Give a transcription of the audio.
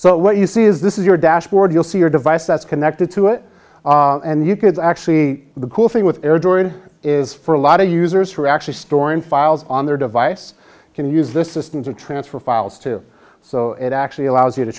so what you see is this is your dashboard you'll see your device that's connected to it and you could actually the cool thing with air jordan is for a lot of users who are actually storing files on their device can use this system to transfer files to so it actually allows you to